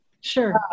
Sure